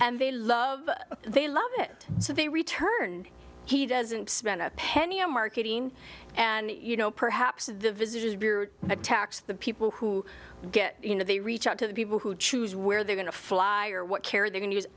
and they love they love it so they return he doesn't spend a penny on marketing and you know perhaps the visitors bureau attacks the people who get you know they reach out to the people who choose where they're going to fly or what care they